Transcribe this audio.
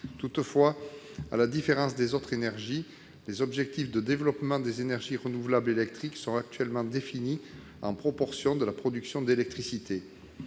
Toutefois, à la différence des autres énergies, les objectifs de développement des énergies renouvelables électriques sont actuellement définis en proportion de la production d'électricité.